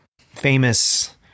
famous